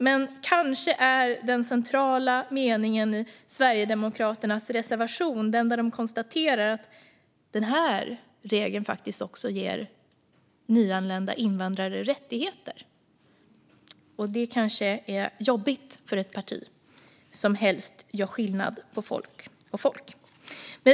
Men kanske är den centrala meningen i Sverigedemokraternas reservation den där de konstaterar att den här regeln faktiskt också ger nyanlända invandrare rättigheter, och det kanske är jobbigt för ett parti som helst gör skillnad på folk och folk.